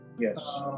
Yes